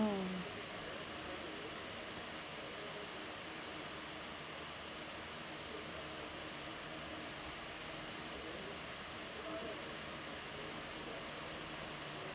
mm